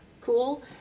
cool